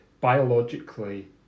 biologically